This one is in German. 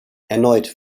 erneut